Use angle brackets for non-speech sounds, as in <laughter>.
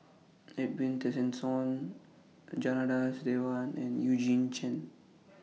Edwin Tessensohn Janadas Devan and Eugene Chen <noise>